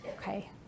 Okay